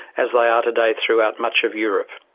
as they are today throughout much of europe.